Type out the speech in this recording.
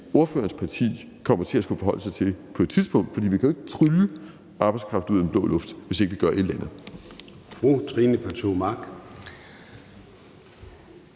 ordførerens parti kommer til at skulle forholde sig til på et tidspunkt, fordi vi jo ikke kan trylle arbejdskraft ud af den blå luft, hvis ikke vi gør et eller andet.